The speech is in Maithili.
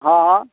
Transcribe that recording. हँ हँ